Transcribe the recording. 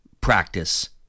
practice